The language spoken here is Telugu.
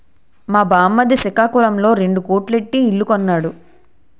మా బామ్మర్ది సికాకులంలో రెండు కోట్లు ఎట్టి ఇల్లు కొన్నాడు